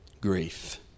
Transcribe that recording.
grief